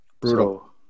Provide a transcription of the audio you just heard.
brutal